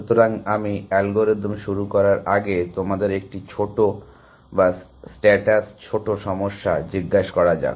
সুতরাং আমি অ্যালগরিদম শুরু করার আগে তোমাদের একটি ছোট বা স্ট্যাটাস ছোট সমস্যা জিজ্ঞাসা করা যাক